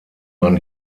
man